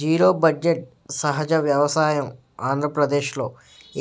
zero budget సహజ వ్యవసాయం ఆంధ్రప్రదేశ్లో,